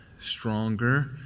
stronger